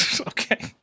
Okay